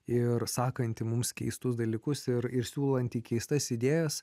ir sakantį mums keistus dalykus ir ir siūlantį keistas idėjas